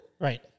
Right